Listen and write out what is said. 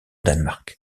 danemark